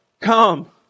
Come